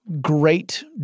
great